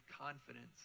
confidence